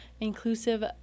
inclusive